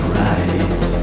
right